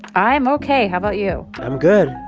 i'm ok. how about you? i'm good.